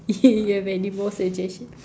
you have anymore suggestion